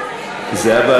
השאלה נרשמה.